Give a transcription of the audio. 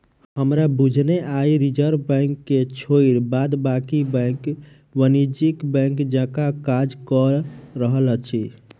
हमरा बुझने आइ रिजर्व बैंक के छोइड़ बाद बाँकी बैंक वाणिज्यिक बैंक जकाँ काज कअ रहल अछि